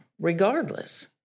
regardless